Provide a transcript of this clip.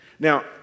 Now